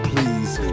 Please